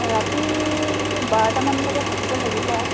ৰাতি বাৰটামানলৈকে থাকিব লাগিব আৰু